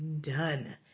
done